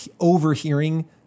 overhearing